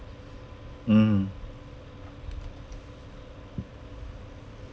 mm